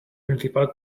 principal